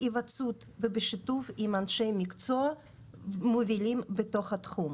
היוועצות ובשיתוף עם אנשי מקצוע מובילים בתחום.